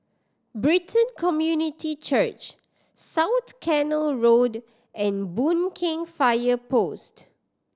Brighton Community Church South Canal Road and Boon Keng Fire Post